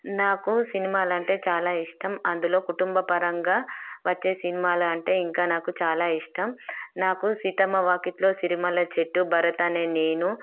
నాకు సినిమాలంటే చాలా ఇష్టం అందులో కుటుంబ పరంగా వచ్చే సినిమాలంటే ఇంకా నాకు చాలా ఇష్టం నాకు సీతమ్మ వాకిట్లో సిరిమల్లె చెట్టు భరత్ అనే నేను